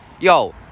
Yo